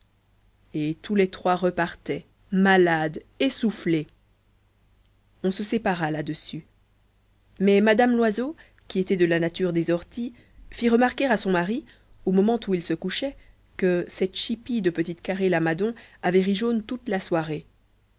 et tous les trois repartaient malades essoufflés on se sépara là-dessus mais mme loiseau qui était de la nature des orties fit remarquer à son mari au moment où ils se couchaient que cette chipie de petite carré lamadon avait ri jaune toute la soirée